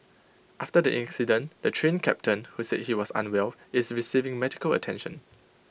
after the incident the Train Captain who said he was unwell is receiving medical attention